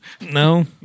No